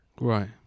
Right